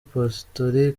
pastori